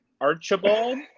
Archibald